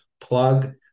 plug